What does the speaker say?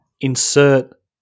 insert